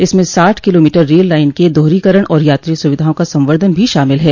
इसमें साठ kilometre rail line के दोहरीकरण और यात्री सुविधाओं का संवर्धन भी शामिल है